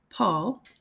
Paul